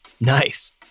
Nice